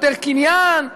יותר קניין?